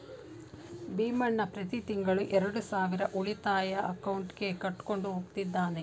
ಭೀಮಣ್ಣ ಪ್ರತಿ ತಿಂಗಳು ಎರಡು ಸಾವಿರ ಉಳಿತಾಯ ಅಕೌಂಟ್ಗೆ ಕಟ್ಕೊಂಡು ಹೋಗ್ತಿದ್ದಾನೆ